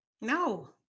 No